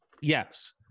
Yes